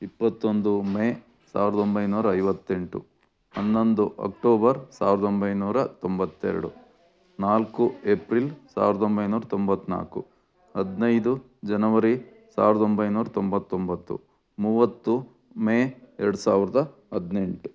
ಇಪ್ಪತ್ತೊಂದು ಮೇ ಸಾವಿರದ ಒಂಬೈನೂರ ಐವತ್ತೆಂಟು ಹನ್ನೊಂದು ಅಕ್ಟೋಬರ್ ಸಾವಿರದ ಒಂಬೈನೂರ ತೊಂಬತ್ತೆರಡು ನಾಲ್ಕು ಎಪ್ರಿಲ್ ಸಾವಿರದ ಒಂಬೈನೂರ ತೊಂಬತ್ನಾಲ್ಕು ಹದಿನೈದು ಜನವರಿ ಸಾವಿರದ ಒಂಬೈನೂರ ತೊಂಬತ್ತೊಂಬತ್ತು ಮೂವತ್ತು ಮೇ ಎರಡು ಸಾವಿರದ ಹದಿನೆಂಟು